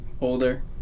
older